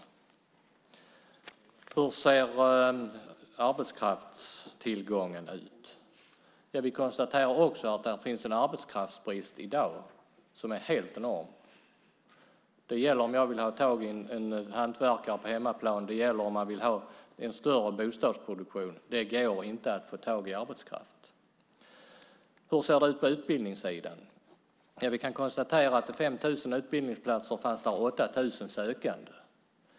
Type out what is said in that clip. Hur ser arbetskraftstillgången ut? Vi konstaterar att det finns en arbetskraftsbrist i dag som är helt enorm. Det gäller om jag vill ha tag i en hantverkare på hemmaplan, och det gäller om man vill ha en större bostadsproduktion. Det går inte att få tag på arbetskraft. Hur ser det ut på utbildningssidan? Vi kan konstatera att på 5 000 utbildningsplatser fanns det 8 000 sökande.